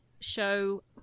show